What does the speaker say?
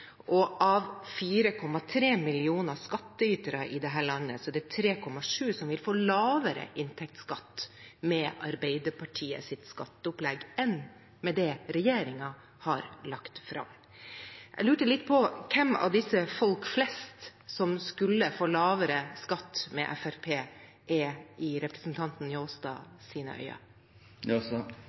og av 4,3 millioner skattytere i dette landet er det 3,7 millioner som vil få lavere inntektsskatt med Arbeiderpartiets skatteopplegg, enn med det regjeringen har lagt fram. Jeg lurte litt på hvem disse «folk flest» som skulle få lavere skatt med Fremskrittspartiet, er i representanten